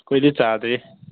ꯑꯩꯈꯣꯏꯗꯤ ꯆꯥꯗ꯭ꯔꯤ